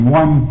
one